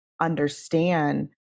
understand